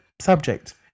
subject